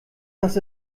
dass